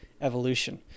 evolution